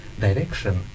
direction